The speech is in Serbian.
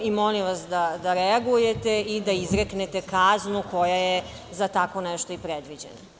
Molim vas da reagujete i da izreknete kaznu koja je za tako nešto i predviđena.